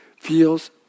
feels